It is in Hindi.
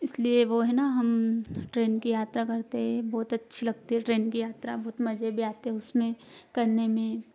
इसलिए वह है न हम ट्रेन की यात्रा करते है बहुत अच्छी लगती है ट्रेन की यात्रा मज़े भी आते है उसमें करने में